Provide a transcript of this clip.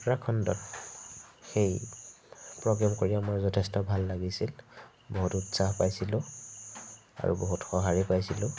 উত্তৰাখণ্ডত সেই প্ৰগ্ৰেম কৰি আমাৰ যথেষ্ট ভাল লাগিছিল বহুত উৎসাহ পাইছিলোঁ আৰু বহুত সঁহাৰিও পাইছিলোঁ